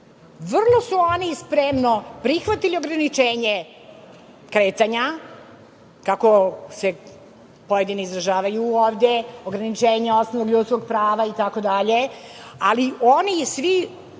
Vrlo su oni spremno prihvatili ograničenje kretanja, kako se pojedini izražavaju ovde, ograničenje osnovnog ljudskog prava itd, ali oni svi